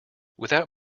without